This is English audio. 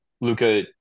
Luca